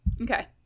okay